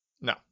No